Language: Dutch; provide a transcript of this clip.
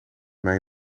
mij